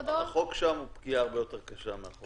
החוק שם הוא פגיעה הרבה יותר קשה מהחוק הזה.